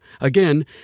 Again